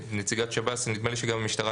נציגת שב"ס ונדמה לי שגם המשטרה,